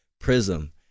prism